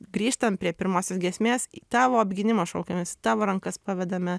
grįžtant prie pirmosios giesmės tavo apgynimo šaukiamės į tavo rankas pavedame